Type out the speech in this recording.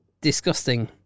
disgusting